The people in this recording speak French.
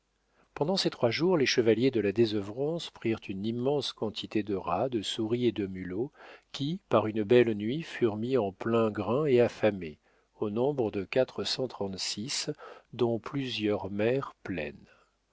pendant ces trois jours les chevaliers de la désœuvrance prirent une immense quantité de rats de souris et de mulots qui par une belle nuit furent mis en plein grain et affamés au nombre de quatre cent trente-six dont plusieurs mères pleines